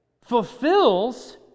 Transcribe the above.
fulfills